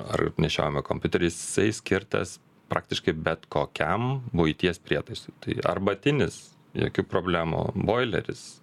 ar nešiojamą kompiuterį jisai skirtas praktiškai bet kokiam buities prietaisui tai arbatinis jokių problemų boileris